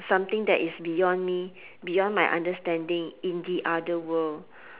something that is beyond me beyond my understanding in the other world